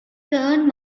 turn